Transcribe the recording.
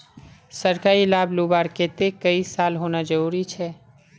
सरकारी लाभ लुबार केते कई साल होना जरूरी छे?